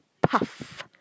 puff